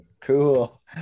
Cool